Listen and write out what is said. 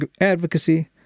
advocacy